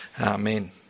Amen